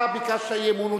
אבל אתה ביקשת אי-אמון.